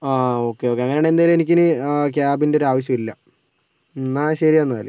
ആ okay okay അങ്ങനെ ആണെങ്കിൽ എന്തായാലും എനിക്ക് ഇനി ആ ക്യാബിൻ്റെ ഒരു ആവശ്യം ഇല്ല എന്നാൽ ശരി എന്നാല്